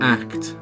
act